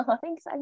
Thanks